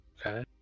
Okay